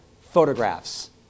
photographs